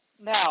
Now